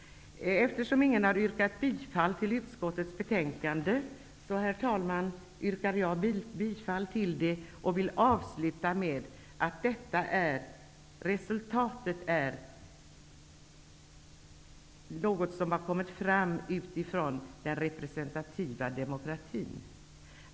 Eftersom ingen har gjort det, herr talman, yrkar jag bifall till utskottets hemställan. Jag vill säga att detta resultat är något som har kommit fram utifrån den representativa demokratin.